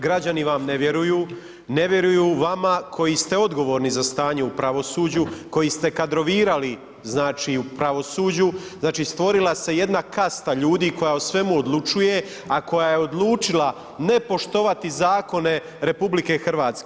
Građani vam ne vjeruju, ne vjeruju vama koji ste odgovorni za stanje u pravosuđu, koji ste kadrovirali znači u pravosuđu, znači stvorila se jedna kasta ljudi koji o svemu odlučuje, a koja je odlučila ne poštovati zakone RH.